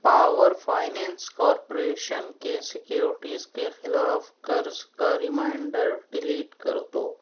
power finance corporation کے securities کے خلاف قرض کا ریمائینڈر ڈیلیٹ کر دو